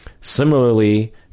Similarly